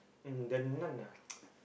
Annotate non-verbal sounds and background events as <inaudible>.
um the nun ah <noise>